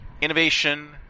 innovation